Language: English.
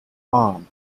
armed